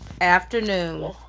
afternoon